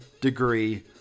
degree